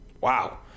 Wow